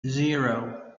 zero